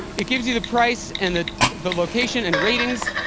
it gives you the price, and the the location and ratings.